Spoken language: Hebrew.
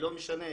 לא משנה,